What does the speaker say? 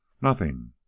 Nothing